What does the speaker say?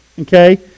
okay